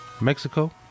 Mexico